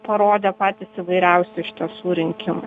parodė patys įvairiausi iš tiesų rinkimai